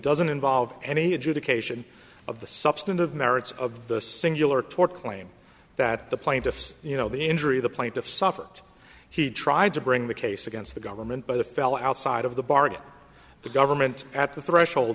doesn't involve any adjudication of the substantive merits of the singular tort claim that the plaintiffs you know the injury the plaintiff suffered he tried to bring the case against the government by the fell outside of the bargain the government at the threshold